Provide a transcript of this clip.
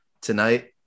tonight